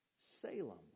Salem